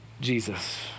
Jesus